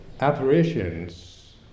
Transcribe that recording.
Apparitions